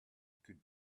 could